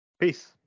Peace